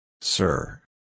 Sir